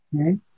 Okay